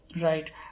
Right